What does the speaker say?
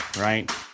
right